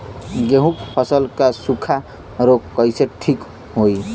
गेहूँक फसल क सूखा ऱोग कईसे ठीक होई?